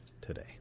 today